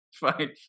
fine